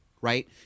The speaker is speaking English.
right